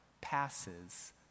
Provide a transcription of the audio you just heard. passes